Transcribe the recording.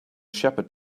shepherd